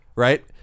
Right